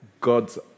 God's